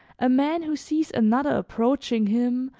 a man who sees another approaching him,